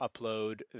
upload